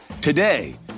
Today